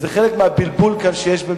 זה חלק מהבלבול שיש כאן,